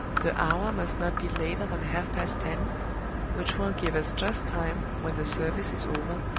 the hour must not be later than half-past ten which will give us just time, when the service is over,